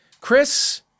Chris